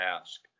ask